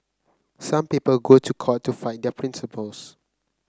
some people go to court to fight their principles